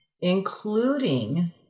including